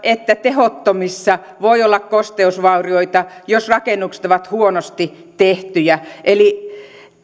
että tehottomissa voi olla kosteusvaurioita jos rakennukset ovat huonosti tehtyjä eli myöskin